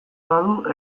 badu